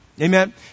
Amen